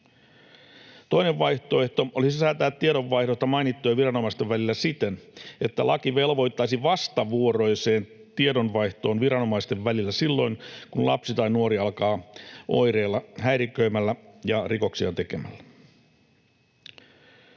Toinen vaihtoehto olisi säätää tiedonvaihdosta mainittujen viranomaisten välillä siten, että laki velvoittaisi vastavuoroiseen tiedonvaihtoon viranomaisten välillä silloin kun lapsi tai nuori alkaa oireilla häiriköimällä ja rikoksia tekemällä.